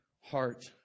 heart